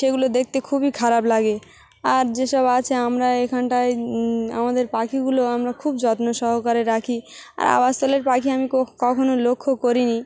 সেগুলো দেখতে খুবই খারাপ লাগে আর যেসব আছে আমরা এখানটায় আমাদের পাখিগুলো আমরা খুব যত্ন সহকারে রাখি আর আবাসস্থলের পাখি আমি কখ কখনও লক্ষ্য করিনি